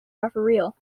referral